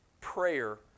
prayer